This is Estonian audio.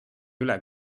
üle